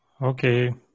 Okay